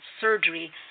surgery